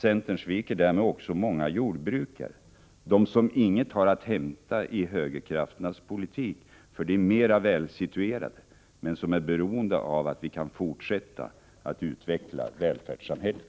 Centern sviker därmed också många jordbrukare, som ingenting har att hämta i högerkrafternas politik för de mera välsituerade, men som är beroende av att vi kan fortsätta att utveckla välfärdssamhället.